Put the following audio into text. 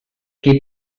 qui